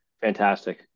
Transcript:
fantastic